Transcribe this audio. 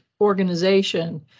organization